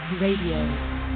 Radio